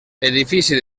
edifici